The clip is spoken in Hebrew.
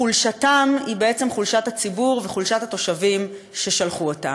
חולשתם היא חולשת הציבור וחולשת התושבים ששלחו אותם.